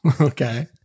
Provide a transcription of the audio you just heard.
Okay